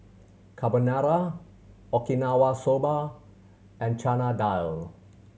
Carbonara Okinawa Soba and Chana Dal